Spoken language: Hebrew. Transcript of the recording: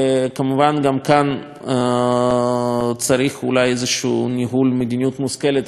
גם כאן צריך אולי ניהול מדיניות מושכלת על-ידי הממשלה,